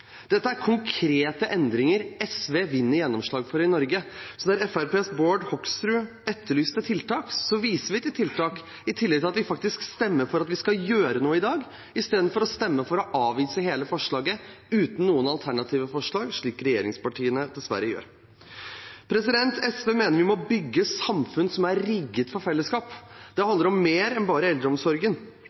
Dette er konkrete endringer SV vinner gjennomslag for i Norge. Så når Fremskrittspartiets Bård Hoksrud etterlyser tiltak, viser vi til tiltak, i tillegg til at vi i dag faktisk stemmer for at vi skal gjøre noe, i stedet for å stemme for å avvise hele forslaget, uten noen alternative forslag, slik regjeringspartiene dessverre gjør. SV mener vi må bygge samfunn som er rigget for fellesskap. Det handler om mer enn bare eldreomsorgen.